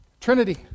Trinity